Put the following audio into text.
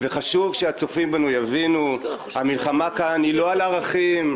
וחשוב שהצופים בנו יבינו: המלחמה כאן היא לא על ערכים,